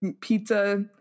Pizza